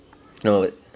no wait